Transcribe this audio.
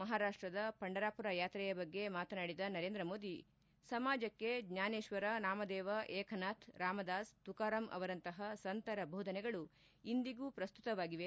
ಮಹಾರಾಷ್ಷದ ಪಂಡರಾಪುರ ಯಾತ್ರೆಯ ಬಗ್ಗೆ ಮಾತನಾಡಿದ ನರೇಂದ್ರ ಮೋದಿ ಅವರು ಸಮಾಜಕ್ಕೆ ಜ್ವಾನೇಶ್ವರ ನಾಮದೇವ ಏಕನಾಥ್ ರಾಮದಾಸ್ ತುಕಾರಾಮ್ ಅವರಂತಹ ಸಂತರ ಬೋಧನೆಗಳು ಇಂದಿಗೂ ಪ್ರಸ್ತುತವಾಗಿವೆ